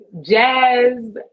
jazz